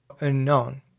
unknown